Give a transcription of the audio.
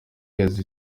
yazize